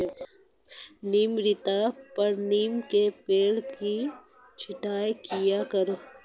नियमित तौर पर नीम के पेड़ की छटाई किया करो